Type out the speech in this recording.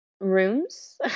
Rooms